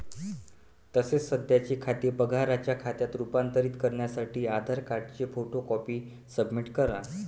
तसेच सध्याचे खाते पगाराच्या खात्यात रूपांतरित करण्यासाठी आधार कार्डची फोटो कॉपी सबमिट करा